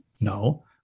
No